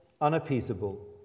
unappeasable